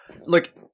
look